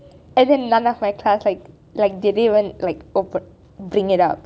as in none of my class like like did they even like open bring it up